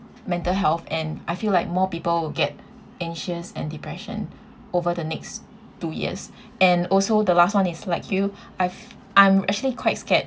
mental health and I feel like more people will get anxious and depression over the next two years and also the last one is like you I've I'm actually quite scared